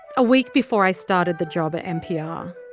a week before i started the job at npr,